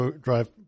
drive